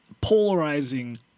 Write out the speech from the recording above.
polarizing